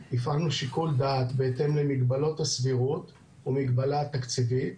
הפעלנו שיקול דעת בהתאם למגבלות הסבירות והמגבלה התקציבית,